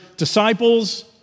disciples